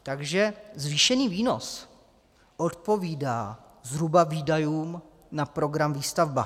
Takže zvýšený výnos odpovídá zhruba výdajům na program Výstavba.